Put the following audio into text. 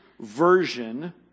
version